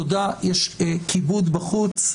יש כיבוד בחוץ.